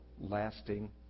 lasting